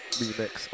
remix